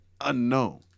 unknown